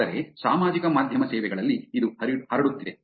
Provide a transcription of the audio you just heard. ಆದರೆ ಸಾಮಾಜಿಕ ಮಾಧ್ಯಮ ಸೇವೆಗಳಲ್ಲಿ ಇದು ಹರಡುತ್ತಿದೆ